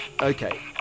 okay